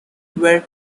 were